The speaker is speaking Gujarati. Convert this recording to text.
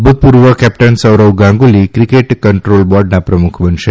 ભૂતપૂર્વ captain Sourav Ganguly cricket control બોર્ડના પ્રમુખ બનશે